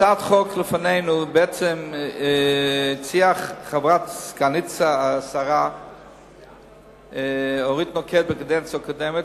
את הצעת החוק שלפנינו בעצם הציעה סגנית השר אורית נוקד בקדנציה הקודמת.